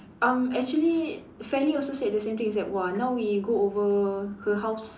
um actually Feli also said the same thing she said !wah! now we go over her house